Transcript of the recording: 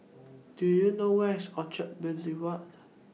Do YOU know Where IS Orchard Boulevard